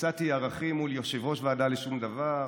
הצעתי ערכים מול יושב-ראש ועדה לשום דבר.